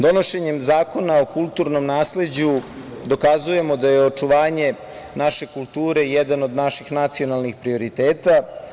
Donošenjem Zakona o kulturnom nasleđu dokazujemo da je očuvanje naše kulture, jedan od naših nacionalnih prioriteta.